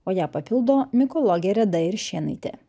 o ją papildo mikologė reda iršėnaitė